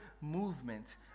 movement